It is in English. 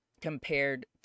compared